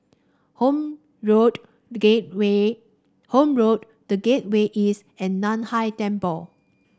Horne Road The Gateway Horne Road The Gateway East and Nan Hai Temple